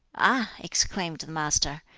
ah! exclaimed the master,